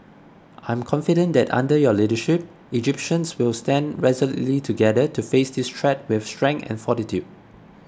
I am confident that under your leadership Egyptians will stand resolutely together to face this threat with strength and fortitude